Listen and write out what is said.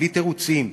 ובלי תירוצים,